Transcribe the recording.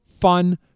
fun